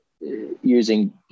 using